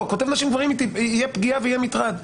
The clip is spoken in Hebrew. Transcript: תהיה פגיעה ויהיה מטרד.